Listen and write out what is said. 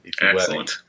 Excellent